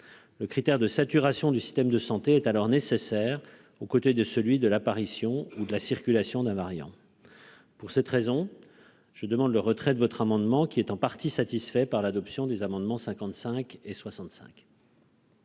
Le critère de saturation du système de santé est alors nécessaire aux côtés de celui de l'apparition ou de la circulation d'un variant. Pour cette raison, je demande le retrait de votre amendement qui est en partie satisfait par l'adoption des amendements 55 et 65.